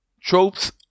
tropes